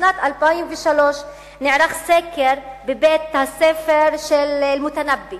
בשנת 2003 נערך סקר בבית-הספר אלמותנבי